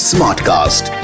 Smartcast